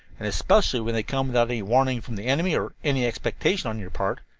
and especially when they come without any warning from the enemy, or any expectation on your part,